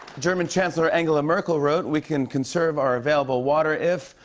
german chancellor angela merkel wrote, we can conserve our available water if.